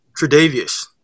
Tre'Davious